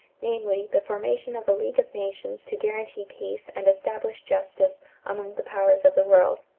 namely, the formation of a league of nations to guarantee peace and establish justice among the powers of the world.